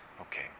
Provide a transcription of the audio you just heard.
Okay